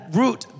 root